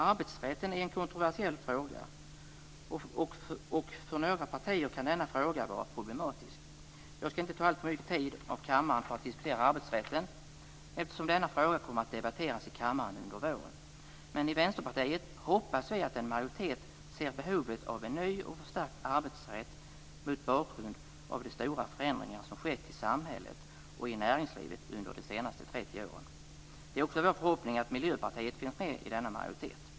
Arbetsrätten är en kontroversiell fråga, och för några partier kan denna fråga vara problematisk. Jag skall inte uppta alltför mycket av kammarens tid för att diskutera arbetsrätten eftersom denna fråga kommer att debatteras i kammaren under våren. Men i Vänsterpartiet hoppas vi att en majoritet ser behovet av en ny och förstärkt arbetsrätt mot bakgrund av de stora förändringar som skett i samhället och i näringslivet under de senaste 30 åren. Det är också vår förhoppning att Miljöpartiet finns med i denna majoritet.